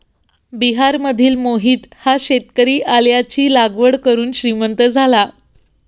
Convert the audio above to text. बिहारमधील मोहित हा शेतकरी आल्याची लागवड करून श्रीमंत झाला